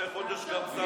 אחרי חודש גם שר תורן,